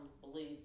believe